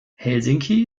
helsinki